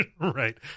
Right